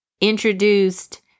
introduced